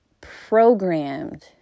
Programmed